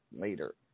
later